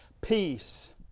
Peace